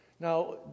Now